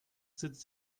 sitzt